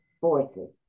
forces